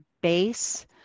base